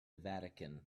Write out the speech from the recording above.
vatican